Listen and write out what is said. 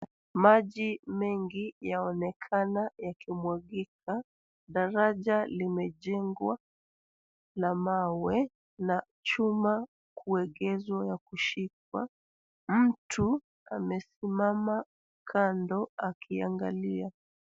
Maji mengi yaonekana yakimwagika. Daraja limejengwa la mawe, na chuma kuegezwa ya kushikwa. Mtu amesimama kando akiangalia.